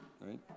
Right